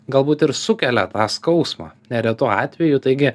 galbūt ir sukelia tą skausmą neretu atveju taigi